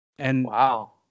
Wow